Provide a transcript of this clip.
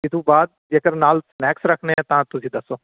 ਇਹ ਤੋਂ ਬਾਅਦ ਜੇਕਰ ਨਾਲ ਸਨੈਕਸ ਰੱਖਣੇ ਹੈ ਤਾਂ ਤੁਸੀਂ ਦੱਸੋ